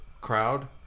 crowd